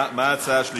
מה ההצעה השלישית?